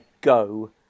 go